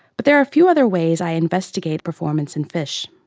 but there are a few other ways i investigate performance in fish.